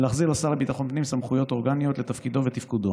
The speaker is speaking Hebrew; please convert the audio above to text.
ולהחזיר לשר לביטחון הפנים סמכויות אורגניות לתפקידו ולתפקודו.